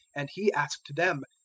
and he asked them,